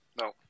No